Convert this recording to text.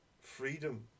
freedom